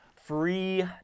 free